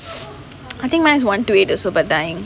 I think mine is one two eight or so but dying